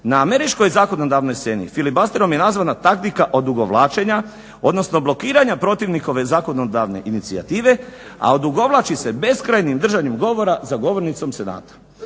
Na američkoj zakonodavnoj sceni filibusterom je nazvana taktika odugovlačenja odnosno blokiranja protivnikove zakonodavne inicijative a odugovlači se beskrajnim držanjem govora za govornicom senata.